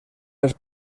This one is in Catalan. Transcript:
les